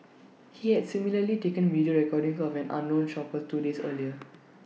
he had similarly taken video recordings of an unknown shopper two days earlier